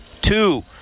two